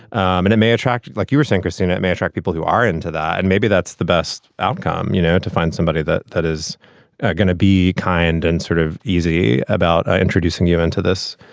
and it may attract, like you were saying, christine, may attract people who are into that. and maybe that's the best outcome, you know, to find somebody that that is going to be kind and sort of easy about ah introducing you into this.